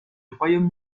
royaume